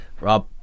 Rob